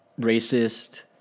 racist